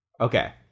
okay